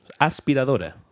Aspiradora